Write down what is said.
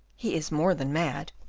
he is more than mad,